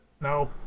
No